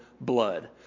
blood